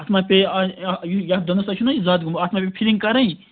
اَتھ ما پیٚیہِ یَتھ دَنٛدَس چھُو نا تۄہہِ یہِ زدٕ اَتھ ما پیٚیہِ فِلِنٛگ کَرٕنۍ